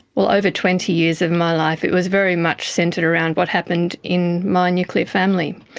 well, over twenty years of my life it was very much centred around what happened in my nuclear family.